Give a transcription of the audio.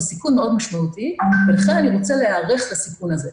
הסיכון מאוד משמעותי ולכן אני רוצה להיערך לסיכון הזה.